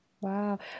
Wow